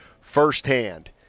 firsthand